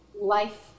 life